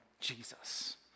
Jesus